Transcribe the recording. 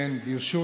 כן, ברשות